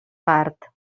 part